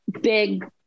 big